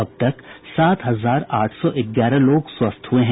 अब तक सात हजार आठ सौ ग्यारह लोग स्वस्थ हुए हैं